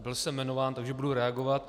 Byl jsem jmenován, takže budu reagovat.